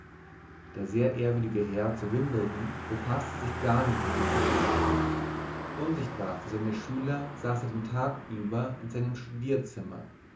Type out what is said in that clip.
der sehr ehrwürdige herr zu wimbledon befaßte sich gar nicht mit dem unterrichte unsichtbar für seine schüler saß er den tag über in seinem